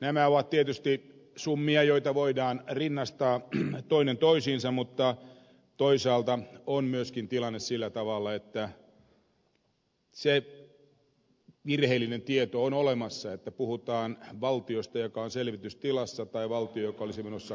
nämä ovat tietysti summia joita voidaan rinnastaa toinen toisiinsa mutta toisaalta on myöskin tilanne sillä tavalla että se virheellinen tieto on olemassa että puhutaan valtiosta joka on selvitystilassa tai valtiosta joka olisi menossa konkurssiin